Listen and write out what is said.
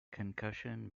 concussion